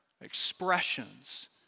expressions